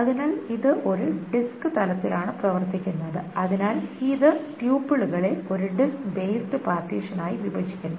അതിനാൽ ഇത് ഒരു ഡിസ്ക് തലത്തിലാണ് പ്രവർത്തിക്കുന്നത് അതിനാൽ ഇത് ട്യൂപ്പിളുകളെ ഒരു ഡിസ്ക് ബേസ്ഡ് പാർട്ടീഷനായി വിഭജിക്കുന്നു